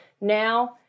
now